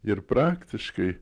ir praktiškai